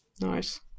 nice